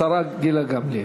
השרה גילה גמליאל.